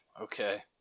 Okay